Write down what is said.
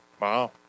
Wow